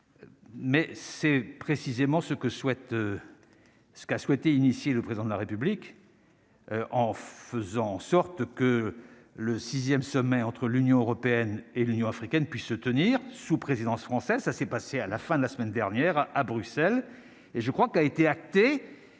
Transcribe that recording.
ce que souhaitent, ce qu'a souhaité initier le président de la République. En faisant en sorte que le 6ème sommet entre l'Union européenne et l'Union africaine puisse se tenir sous présidence française, ça s'est passé à la fin de la semaine dernière à Bruxelles et je crois qu'a été acté